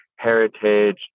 Heritage